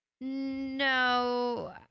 No